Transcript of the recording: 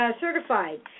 certified